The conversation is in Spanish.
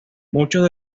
muchos